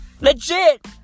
Legit